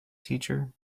teacher